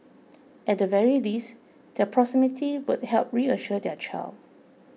at the very least their proximity would help reassure their child